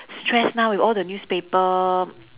stress now with all the newspaper